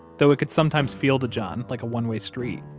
though it could sometimes feel to john like a one-way street